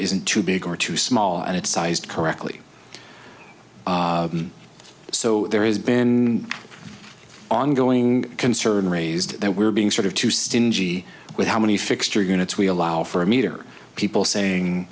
isn't too big or too small and it's sized correctly so there has been ongoing concern raised that we're being sort of too stingy with how many fixture units we allow for a meter people saying